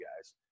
guys